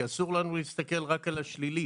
כי אסור לנו להסתכל רק על השלילי,